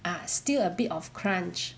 ah still a bit of crunch